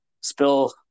spill